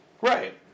Right